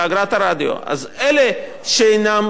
אז אלה שאינם בעלי מכוניות